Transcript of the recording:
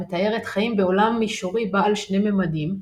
המתארת חיים בעולם מישורי בעל שני ממדים,